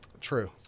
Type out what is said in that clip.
true